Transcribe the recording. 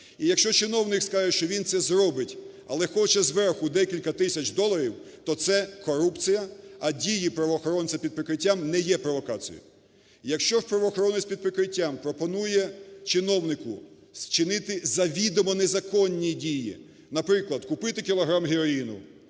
І якщо чиновник скаже, що він це зробить, але хоче зверху декілька тисяч доларів, то це корупція. А дії правоохоронця під прикриттям не є провокацією. Якщо правоохоронець під прикриттям пропонує чиновнику вчинити завідомо незаконні дії, наприклад, купити кілограм героїну,